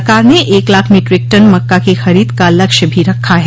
सरकार ने एक लाख मीट्रिक टन मक्का की खरीद का लक्ष्य भी रखा है